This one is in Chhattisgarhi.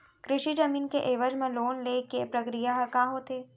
कृषि जमीन के एवज म लोन ले के प्रक्रिया ह का होथे?